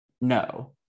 No